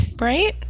Right